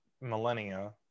millennia